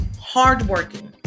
hardworking